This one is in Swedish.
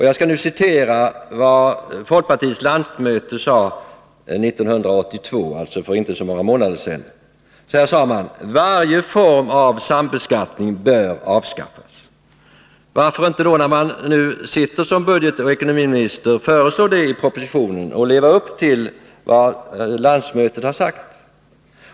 Jag skall nu citera vad folkpartiets landsmöte sade 1982, för inte så många månader sedan: ”Varje form av sambeskattning bör avskaffas.” Varför då inte, när man nu sitter som ekonomioch budgetminister, föreslå det i en proposition och leva upp till vad landsmötet har sagt?